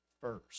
first